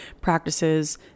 practices